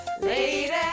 Lady